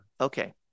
Okay